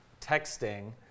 texting